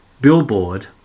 billboard